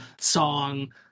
song